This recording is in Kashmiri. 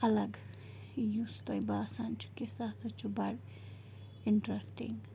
الگ یُس تۄہہِ باسان چھُ کہِ سُہ ہسا چھُ بَڑٕ اِنٹرٛسٹِنٛگ